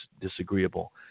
disagreeable